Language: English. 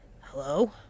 Hello